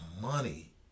money